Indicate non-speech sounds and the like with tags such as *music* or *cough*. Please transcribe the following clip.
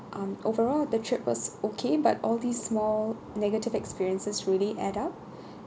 um overall the trip was okay but all these small negative experiences really add up *breath*